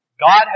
God